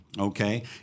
okay